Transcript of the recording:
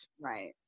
Right